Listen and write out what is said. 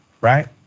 right